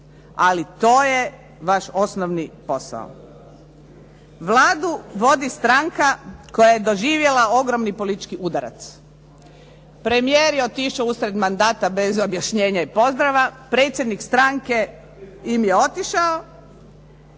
Ali to je vaš osnovni posao. Vladu vodi stranka koja je doživjela ogromni politički udarac. Premijer je otišao usred mandata bez objašnjenja i pozdrava, predsjednik stranke im je otišao,